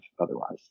otherwise